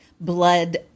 blood